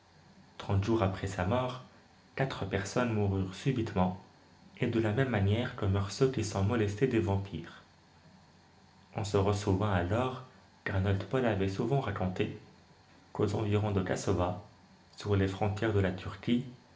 trente jours après sa mort quatre personnes moururent subitement et de la même manière que meurent ceux qui sont molestés des vampires on se ressouvînt alors quarnold paul avait souvent raconté qu'aux environs de cassova sur les frontières de la turquie